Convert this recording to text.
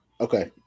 Okay